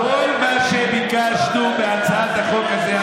כל מה שביקשנו בהצעת החוק הזאת,